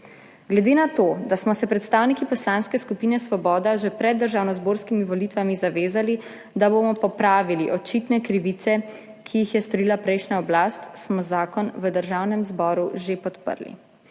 Glede na to, da smo se predstavniki Poslanske skupine Svoboda že pred državnozborskimi volitvami zavezali, da bomo popravili očitne krivice, ki jih je storila prejšnja oblast, smo zakon v Državnem zboru že podprli.